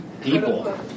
People